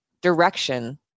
direction